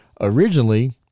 originally